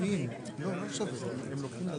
אני נגד כפייה דתית.